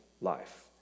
life